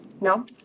No